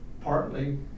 Partly